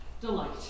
delight